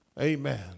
Amen